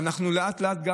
ולאט-לאט אנחנו,